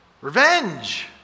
revenge